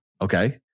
Okay